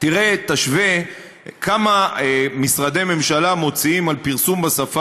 תשווה כמה משרדי ממשלה מוציאים על פרסום בשפה